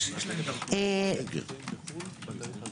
שי פלבר,